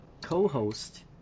co-host